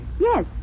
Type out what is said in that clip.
Yes